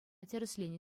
тӗрӗсленӗ